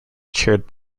chaired